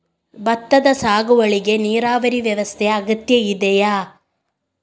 ಭತ್ತದ ಸಾಗುವಳಿಗೆ ನೀರಾವರಿ ವ್ಯವಸ್ಥೆ ಅಗತ್ಯ ಇದೆಯಾ?